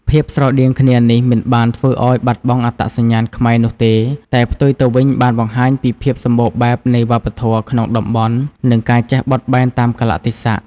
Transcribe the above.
ភាពស្រដៀងគ្នានេះមិនបានធ្វើឲ្យបាត់បង់អត្តសញ្ញាណខ្មែរនោះទេ តែផ្ទុយទៅវិញបានបង្ហាញពីភាពសម្បូរបែបនៃវប្បធម៌ក្នុងតំបន់ និងការចេះបត់បែនតាមកាលៈទេសៈ។